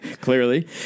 Clearly